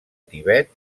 tibet